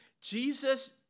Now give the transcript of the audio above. jesus